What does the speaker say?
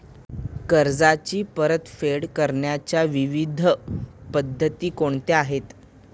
कर्जाची परतफेड करण्याच्या विविध पद्धती कोणत्या आहेत?